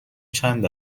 چند